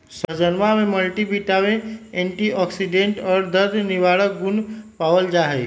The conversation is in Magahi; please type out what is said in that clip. सहजनवा में मल्टीविटामिंस एंटीऑक्सीडेंट और दर्द निवारक गुण पावल जाहई